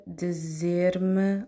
dizer-me